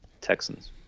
Texans